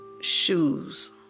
shoes